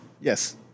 Yes